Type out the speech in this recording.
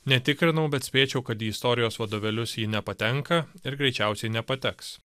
netikrinau bet spėčiau kad į istorijos vadovėlius ji nepatenka ir greičiausiai nepateks